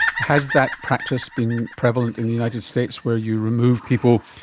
has that practice been prevalent in the united states where you remove people,